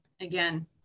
Again